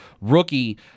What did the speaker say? rookie